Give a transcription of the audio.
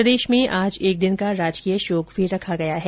प्रदेश में आज एक दिन का राजकीय शोक भी रखा गया है